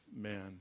man